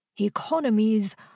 Economies